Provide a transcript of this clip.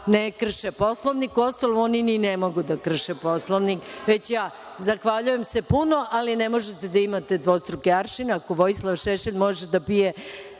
ne krše Poslovnik, uostalom oni ni ne mogu da krše Poslovnik, već ja. Zahvaljujem se puno, ali ne možete da imate dvostruke aršine. Ako Vojislav Šešelj može da pije